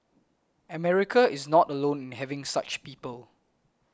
America is not alone in having such people